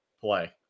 play